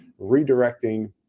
redirecting